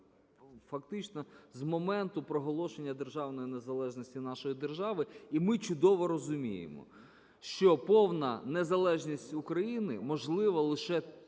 фактично з моменту проголошення державної незалежності нашої держави. І ми чудово розуміємо, що повна незалежність України можлива лише